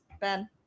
Ben